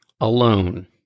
Alone